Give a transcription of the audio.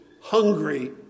hungry